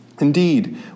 Indeed